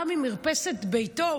ראה ממרפסת ביתו,